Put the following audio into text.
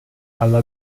alla